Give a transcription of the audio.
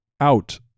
out